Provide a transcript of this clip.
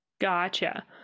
Gotcha